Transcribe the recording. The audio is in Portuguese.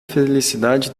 felicidade